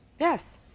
Yes